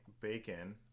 bacon